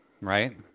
right